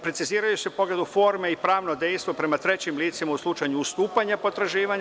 Preciziraju se u pogledu forme i pravno dejstvo prema trećim licima u slučaju ustupanja potraživanja.